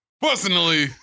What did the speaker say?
Personally